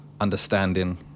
understanding